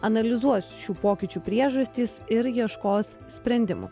analizuos šių pokyčių priežastis ir ieškos sprendimų